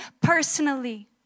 personally